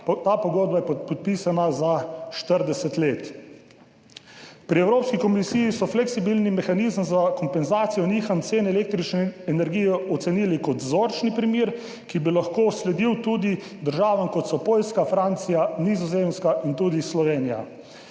Ta pogodba je podpisana za 40 let. Pri Evropski komisiji so fleksibilni mehanizem za kompenzacijo nihanj cen električne energije ocenili kot vzorčni primer, ki bi lahko sledil tudi državam, kot so Poljska, Francija, Nizozemska in tudi Slovenija.